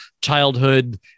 childhood